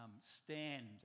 stand